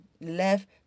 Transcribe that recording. left